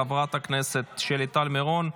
חברת הכנסת שלי טל מירון,